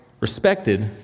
respected